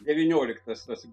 devynioliktas tas